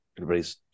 Everybody's